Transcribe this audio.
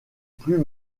plus